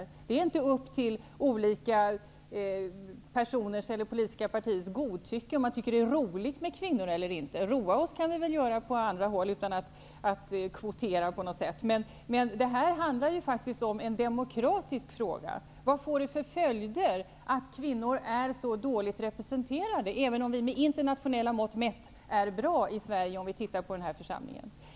Det är inte fråga om huruvida man i olika politiska partier tycker att det är roligt med kvinnor eller inte -- roa oss kan vi väl göra på andra håll utan att vi har kvotering. Detta är faktiskt en fråga om demokrati. Vad får det för följder att kvinnor är så dåligt representerade, även om vi mätt med internationella mått är bra i det avseendet i den här församlingen?